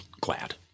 glad